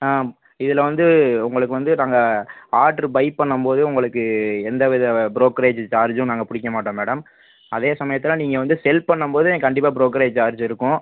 ஆ இதில் வந்து உங்களுக்கு வந்து நாங்கள் ஆட்ரு பை பண்ணும்போது உங்களுக்கு எந்த வித ப்ரோக்கரேஜ் சார்ஜும் நாங்கள் பிடிக்க மாட்டோம் மேடம் அதே சமயத்தில் நீங்கள் வந்து செல் பண்ணும்போது கண்டிப்பாக ப்ரோக்கரேஜ் சார்ஜ் இருக்கும்